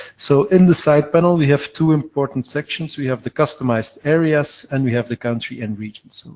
so, in the side panel, we have two important sections we have the customized areas and we have the country and regions.